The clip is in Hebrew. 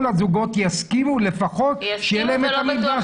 הזוגות יסכימו לפחות שיהיה להם את האירוע הזה.